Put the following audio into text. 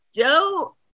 Joe